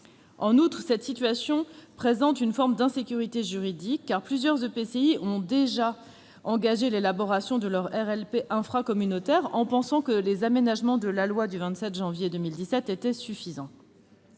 En outre, cette situation engendre une forme d'insécurité juridique, car plusieurs EPCI ont déjà engagé l'élaboration de RLP infracommunautaires, en pensant que les aménagements de la loi du 27 janvier 2017 étaient suffisants.